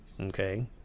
okay